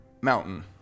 mountain